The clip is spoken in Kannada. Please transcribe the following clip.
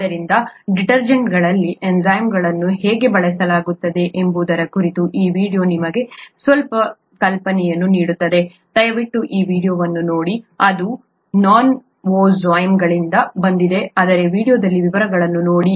ಆದ್ದರಿಂದ ಡಿಟರ್ಜೆಂಟ್ಗಳಲ್ಲಿ ಎನ್ಝೈಮ್ಗಳನ್ನು ಹೇಗೆ ಬಳಸಲಾಗುತ್ತದೆ ಎಂಬುದರ ಕುರಿತು ಈ ವೀಡಿಯೊ ನಿಮಗೆ ಸ್ವಲ್ಪ ಕಲ್ಪನೆಯನ್ನು ನೀಡುತ್ತದೆ ದಯವಿಟ್ಟು ಈ ವೀಡಿಯೊವನ್ನು ನೋಡಿ ಇದು ನೊವೊಜೈಮ್ಗಳಿಂದ ಬಂದಿದೆ ಆದರೆ ಆ ವೀಡಿಯೊದಲ್ಲಿನ ವಿವರಗಳನ್ನು ನೋಡಿ